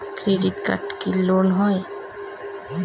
Credit কার্ডে কি loan হয়?